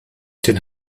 den